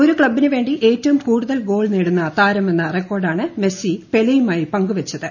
ഒരു ്ക്ലബിനുവേണ്ടി ഏറ്റവും കൂടുതൽ ഗോൾ നേടുന്ന താരമെന്ന് റെക്കോർഡാണ് മെസി പെലെയുമായി പങ്കുവച്ചത്